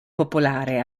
popolare